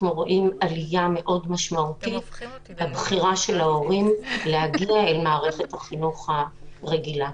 עלייה מאוד משמעותית בבחירת ההורים- -- במערכת החינוך הרגילה.